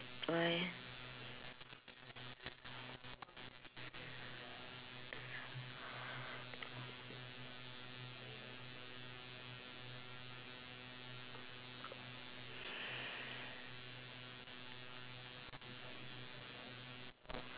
why